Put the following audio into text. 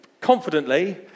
confidently